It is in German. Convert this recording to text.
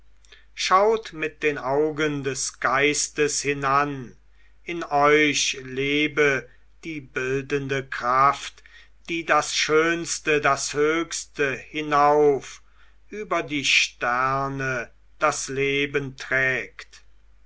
schaut mit den augen des geistes hinan in euch lebe die bildende kraft die das schönste das höchste hinauf über die sterne das leben trägt